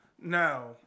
Now